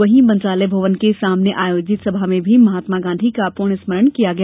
वहीं मंत्रालय भवन के सामने आयोजित सभा में भी महात्मा गांधी का पुण्य स्मरण किया गया